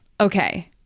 Okay